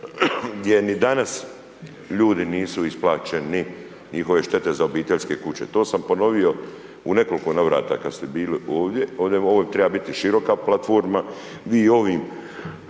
gdje ni danas ljudi nisu isplaćeni, njihove štete za obiteljske kuće. To sam ponovio u nekoliko navrata kad ste bili ovdje, ovdje treba biti široka platforma, vi ovim